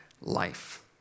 life